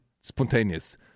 spontaneous